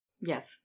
Yes